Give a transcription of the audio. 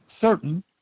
certain